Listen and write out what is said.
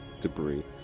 debris